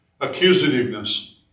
Accusativeness